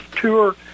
tour